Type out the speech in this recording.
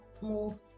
more